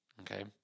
okay